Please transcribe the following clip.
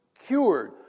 cured